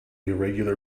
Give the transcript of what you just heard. irregular